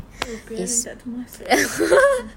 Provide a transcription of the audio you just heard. ro~ pia~ yang tak tahu masa eh ini